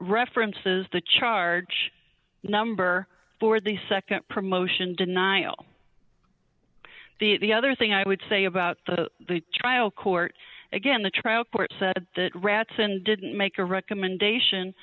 references the charge number for the nd promotion denial the other thing i would say about the trial court again the trial court said that rats and didn't make a recommendation